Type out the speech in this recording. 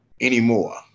anymore